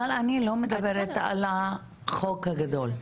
אבל אני לא מדברת על החוק הגדול.